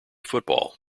football